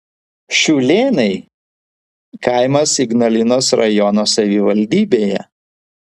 šiūlėnai kaimas ignalinos rajono savivaldybėje